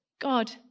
God